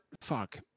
fuck